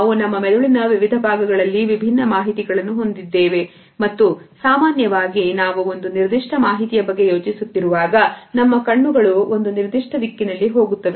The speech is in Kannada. ನಾವು ನಮ್ಮ ಮೆದುಳಿನ ವಿವಿಧ ಭಾಗಗಳಲ್ಲಿ ವಿಭಿನ್ನ ಮಾಹಿತಿಗಳನ್ನು ಹೊಂದಿದ್ದೇವೆ ಮತ್ತು ಸಾಮಾನ್ಯವಾಗಿ ನಾವು ಒಂದು ನಿರ್ದಿಷ್ಟ ಮಾಹಿತಿಯ ಬಗ್ಗೆ ಯೋಚಿಸುತ್ತಿರುವಾಗ ನಮ್ಮ ಕಣ್ಣುಗಳು ಒಂದು ನಿರ್ದಿಷ್ಟ ದಿಕ್ಕಿನಲ್ಲಿ ಹೋಗುತ್ತವೆ